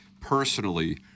personally